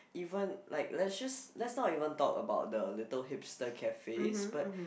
even like let's just let's not even talk about the little hipster cafes but